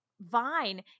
Vine